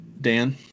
Dan